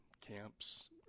camps